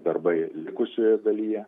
darbai likusioje dalyje